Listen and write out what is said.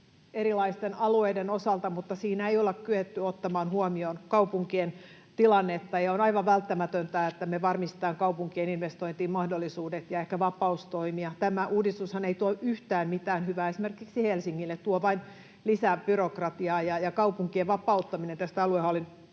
erilaisten alueiden osalta, mutta siinä ei olla kyetty ottamaan huomioon kaupunkien tilannetta, ja on aivan välttämätöntä, että me varmistetaan kaupunkien investointiin mahdollisuudet ja ehkä vapaus toimia. Tämä uudistushan ei tuo yhtään mitään hyvää esimerkiksi Helsingille — tuo vain lisää byrokratiaa. Kaupunkien vapauttaminen tästä aluehallinnon